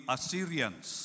Assyrians